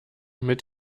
mit